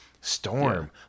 Storm